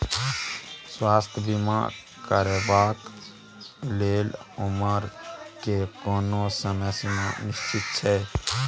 स्वास्थ्य बीमा करेवाक के लेल उमर के कोनो समय सीमा निश्चित छै?